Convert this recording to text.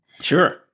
Sure